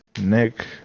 Nick